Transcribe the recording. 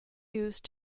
used